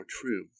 true